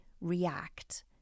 react